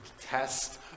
test